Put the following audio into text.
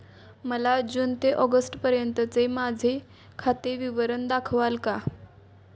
मला जून ते ऑगस्टपर्यंतचे माझे खाते विवरण दाखवाल का?